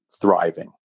Thriving